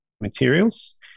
materials